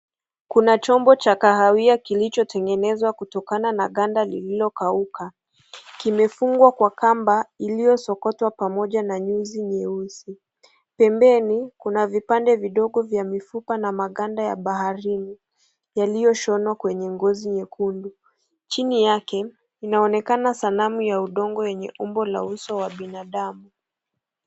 Kuna chombo cha kahawia kilichotengwnezwa kutokana na ganda lililo kauka. Kimefungwa Kwa Kamba iliyosokotwa pamoja na nyusi nyeusi. Pempeni kuna vipande vidogo vya mifupa na maganda ya baharini yaliyoshonwa kwenye ngozi nyekundu, chini yake kunaonekana sanamu ya udongo yenye umbo wa uso wa binadamu.